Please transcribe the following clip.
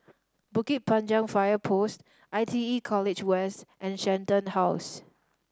Bukit Panjang Fire Post I T E College West and Shenton House